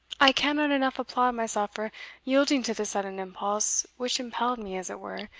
i cannot enough applaud myself for yielding to the sudden impulse which impelled me, as it were,